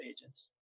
agents